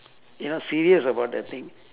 you know serious about the thing